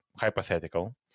hypothetical